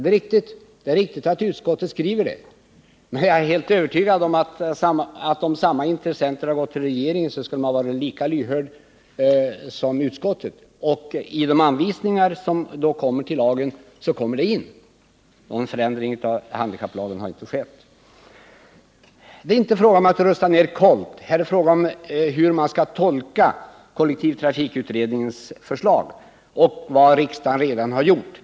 Det är riktigt att utskottet skrivit detta. Men jag är helt övertygad ifall att om samma intressenter hade gått till regeringen, så skulle den ha varit lika lyhörd som utskottet. I anvisningarna till lagen kommer detta med. Någon förändring av handikapplagen blir det alltså inte fråga om. Det är inte fråga om att rösta ned KOLT. Frågan är hur man skall tolka kollektivtrafikutredningens förslag och vad riksdagen redan har gjort.